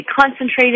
concentrated